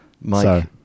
Mike